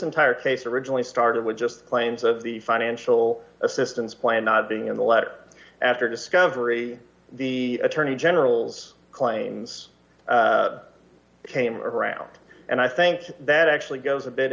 entire case originally started with just claims of the financial assistance plan not being in the letter after discovery the attorney general's claims came around and i think that actually goes a bit